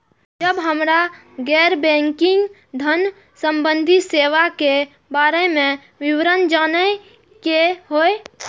जब हमरा गैर बैंकिंग धान संबंधी सेवा के बारे में विवरण जानय के होय?